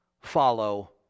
follow